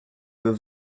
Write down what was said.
veux